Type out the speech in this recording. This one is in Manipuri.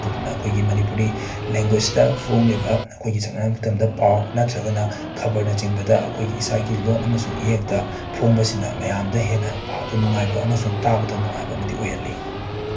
ꯑꯗꯨꯗꯨꯅ ꯑꯩꯈꯣꯏꯒꯤ ꯃꯅꯤꯄꯨꯔꯤ ꯂꯦꯡꯒ꯭ꯋꯦꯁꯇ ꯐꯣꯡꯂꯤꯕ ꯑꯩꯈꯣꯏꯒꯤ ꯁꯝꯂꯞꯅ ꯍꯥꯏꯕ ꯃꯇꯝꯗ ꯄꯥꯎ ꯅꯠꯇ꯭ꯔꯒꯅ ꯈꯕꯔꯅꯆꯤꯡꯕꯗ ꯑꯩꯈꯣꯏꯒꯤ ꯏꯁꯥꯒꯤ ꯂꯣꯜ ꯑꯃꯁꯨꯡ ꯏꯌꯦꯛꯇ ꯐꯣꯡꯕꯁꯤꯅ ꯃꯌꯥꯝꯗ ꯍꯦꯟꯅ ꯄꯥꯕꯗ ꯅꯨꯡꯉꯥꯏꯕ ꯑꯃꯁꯨꯡ ꯇꯥꯕꯗ ꯅꯨꯡꯉꯥꯏꯕ ꯑꯃꯗꯤ ꯑꯣꯏꯍꯜꯂꯤ